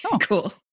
cool